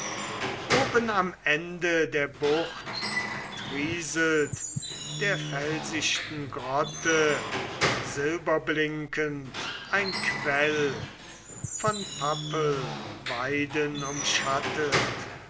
oben am ende der bucht entrieselt der felsichten grotte silberblinkend ein quell von pappelweiden umschattet